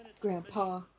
Grandpa